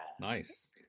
Nice